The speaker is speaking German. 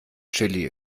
chili